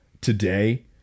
today